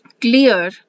clear